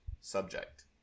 subject